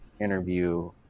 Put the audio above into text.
interview